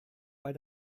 bei